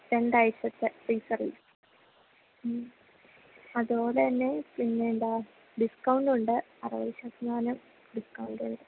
രണ്ടാഴ്ചത്തെ free service മ്മ് അതുപോലെ തന്നെ പിന്നെന്താണ് ഡിസ്കൗണ്ടുണ്ട് അറുപത് ശതമാനം ഡിസ്കൗണ്ടുണ്ട്